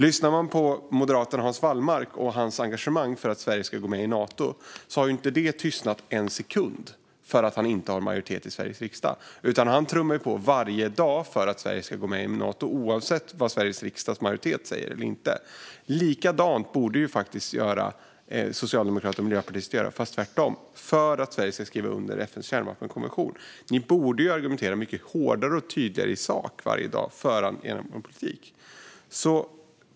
Lyssnar man på moderaten Hans Wallmark hör man att hans engagemang för att Sverige ska gå med i Nato inte har tystnat en sekund för att han inte har majoritet i Sveriges riksdag. Han trummar ju på varje dag för att Sverige ska gå med i Nato, oavsett vad Sveriges riksdags majoritet säger och inte. Likadant borde faktiskt socialdemokrater och miljöpartister göra i frågan om att Sverige ska skriva under FN:s kärnvapenkonvention. Ni borde varje dag argumentera mycket hårdare och tydligare i sak för er egen politik.